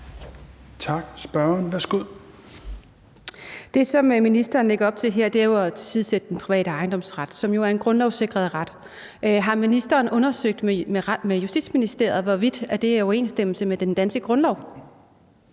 Det, som ministeren lægger op til her, er jo at tilsidesætte den private ejendomsret, som er en grundlovssikret ret. Har ministeren undersøgt med Justitsministeriet, hvorvidt det er i overensstemmelse med den danske grundlov?